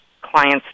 clients